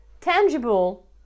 tangible